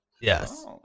Yes